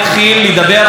בשאילתה,